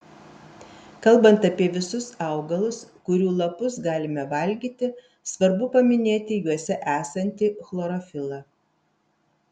kalbant apie visus augalus kurių lapus galime valgyti svarbu paminėti juose esantį chlorofilą